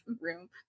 room